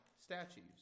statues